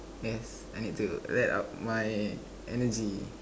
yes I need to let out my energy